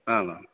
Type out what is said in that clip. आम् आम्